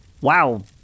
wow